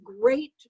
great